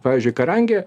pavyzdžiui karangė